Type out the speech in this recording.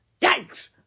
Yikes